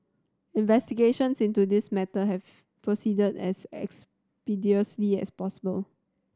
investigations into this matter have proceeded as expeditiously as possible